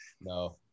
No